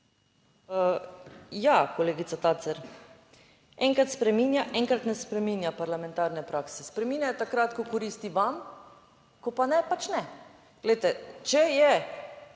Ja, kolegica Tacer, enkrat spreminja, enkrat ne spreminja parlamentarne prakse -spreminjajo takrat, ko koristi vam, ko pa ne, pač ne. Glejte, če je